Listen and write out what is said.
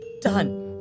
done